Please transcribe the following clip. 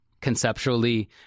conceptually